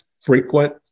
frequent